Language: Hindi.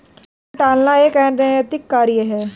कर टालना एक अनैतिक कार्य है